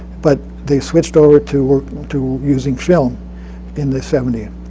but they switched over to to using film in the seventy